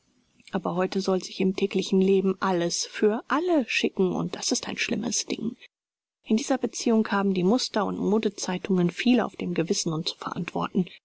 aber heute soll sich im täglichen leben alles für alle schicken und das ist ein schlimmes ding in dieser beziehung haben die muster und modezeitungen viel auf dem gewissen und zu verantworten